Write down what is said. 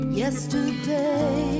yesterday